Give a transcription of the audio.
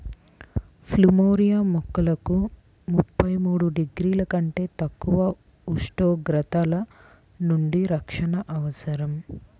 plumeria మొక్కలకు ముప్పై మూడు డిగ్రీల కంటే తక్కువ ఉష్ణోగ్రతల నుండి రక్షణ అవసరం